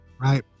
Right